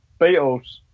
Beatles